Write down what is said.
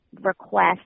request